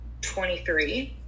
23